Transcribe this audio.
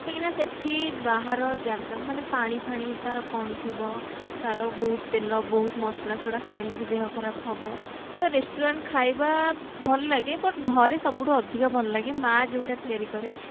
କାହିଁକିନା ସେଇଠି ବାହାର ଜାଗାମାନେ ପାଣିଫାଣି ତାର କ'ଣ ଥିବ ତାର ବହୁତ୍ ତେଲ ବହୁତ ମସଲା ସେଗୁଡ଼ା ଖାଇଲେ ବି ଦେହ ଖରାପ ହେବ ତ ରେଷ୍ଟୁରାଣ୍ଟ ଖାଇବା ଭଲ ଲାଗେ ବଟ୍ ଘରେ ସବୁଠାରୁ ଅଧିକ ଭଲ ଲାଗେ ମା' ଯେଉଁଟା ତିଆରି କରେ